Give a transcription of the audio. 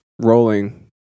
rolling